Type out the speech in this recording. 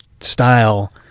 style